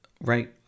right